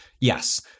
Yes